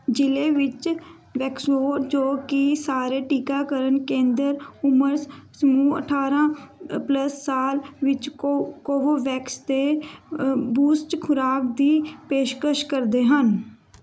ਜ਼ਿਲ੍ਹੇ ਵਿੱਚ ਵੈਕਸੋਰ ਜੋ ਕਿ ਸਾਰੇ ਟੀਕਾਕਰਨ ਕੇਂਦਰ ਉਮਰ ਸ ਸਮੂਹ ਅਠਾਰ੍ਹਾਂ ਪਲੱਸ ਸਾਲ ਵਿੱਚ ਕੋ ਕੋਵੋਵੈਕਸ ਦੇ ਬੂਸਟ ਖੁਰਾਕ ਦੀ ਪੇਸ਼ਕਸ਼ ਕਰਦੇ ਹਨ